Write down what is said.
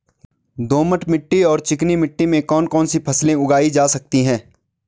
दोमट मिट्टी और चिकनी मिट्टी में कौन कौन सी फसलें उगाई जा सकती हैं?